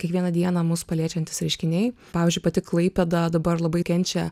kiekvieną dieną mus paliečiantys reiškiniai pavyzdžiui pati klaipėda dabar labai kenčia